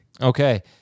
Okay